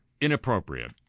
inappropriate